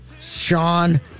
Sean